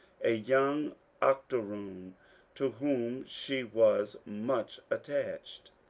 a young octoroon to whom she was much attached.